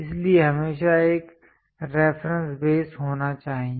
इसलिए हमेशा एक रेफरेंस बेस होना चाहिए